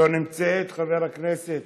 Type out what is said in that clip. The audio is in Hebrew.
לא נמצאת, חבר הכנסת